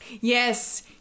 Yes